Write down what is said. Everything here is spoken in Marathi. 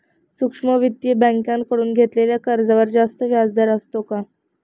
सूक्ष्म वित्तीय बँकेकडून घेतलेल्या कर्जावर जास्त व्याजदर असतो का?